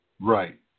Right